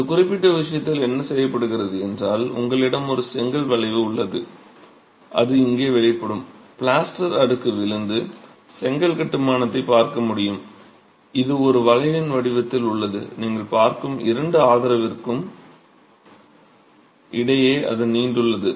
இந்த குறிப்பிட்ட விஷயத்தில் என்ன செய்யப்படுகிறது என்றால் உங்களிடம் ஒரு செங்கல் வளைவு உள்ளது அது இங்கே வெளிப்படும் பிளாஸ்டர் அடுக்கு விழுந்து செங்கல் கட்டுமானத்தைப் பார்க்க முடியும் இது ஒரு வளைவின் வடிவத்தில் உள்ளது நீங்கள் பார்க்கும் இரண்டு ஆதரவிற்கும் இடையே அது நீண்டுள்ளது